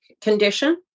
condition